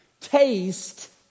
Taste